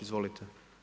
Izvolite.